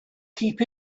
keep